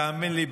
תאמין לי,